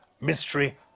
Mystery